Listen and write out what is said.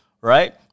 right